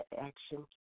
action